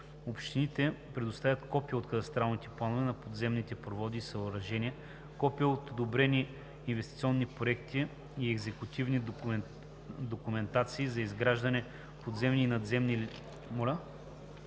Общините предоставят копия от кадастралните планове на подземните проводи и съоръжения, копия от одобрени инвестиционни проекти и екзекутивни документации за изградени подземни и надземни